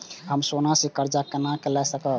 हम सोना से कर्जा केना लाय सकब?